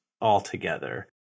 altogether